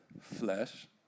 flesh